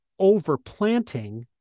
overplanting